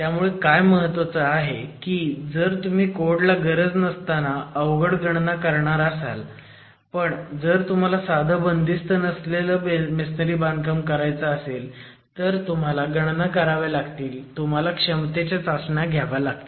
त्यामुळे काय महत्वाचं आहे की जर तुम्ही कोड ला गरज नसताना अवघड गणना करणार असाल पण जर तुम्हाला साधं बंदिस्त नसलेलं मेसोनारी बांधकाम रचायचं असेल तर तुम्हाला गणना कराव्या लागतील तुम्हाला क्षमतेच्या चाचण्या घ्याव्या लागतील